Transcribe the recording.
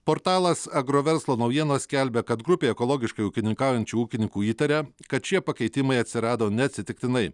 portalas agro verslo naujienos skelbia kad grupė ekologiškai ūkininkaujančių ūkininkų įtaria kad šie pakeitimai atsirado neatsitiktinai